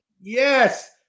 Yes